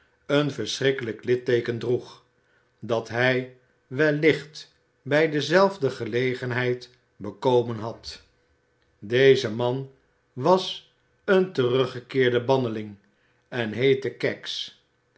een verschrikkelijk litteeken droeg dat hij wellicht bij dezelfde gelegenheid bekomen had deze man was een teruggekeerde banneling en heette kags